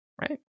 Right